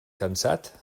cansat